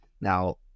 Now